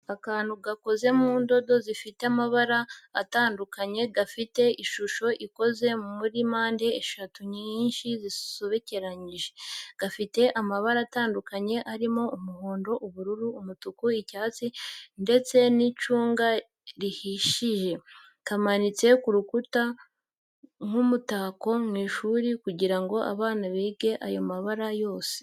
Akantu gakoze mu ndodo zifite amabara atandukanye, gafite ishusho ikoze muri mpande eshatu nyinshi zisobekeranyije. Gafite amabara atandukanye arimo umuhondo, ubururu, umutuku, icyatsi, ndetse n'icunga rihishije. Kamanitse ku rukuta nk'umutako mu ishuri kugira ngo abana bige ayo mabara yose.